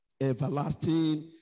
everlasting